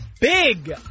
Big